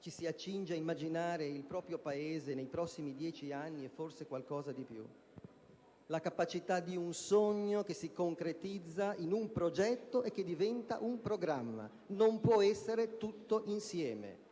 ci si accinge a immaginare il proprio Paese nei prossimi dieci anni (e forse qualcosa di più): la capacità di un sogno che si concretizza in un progetto e che diventa un programma. Non può essere tutto insieme.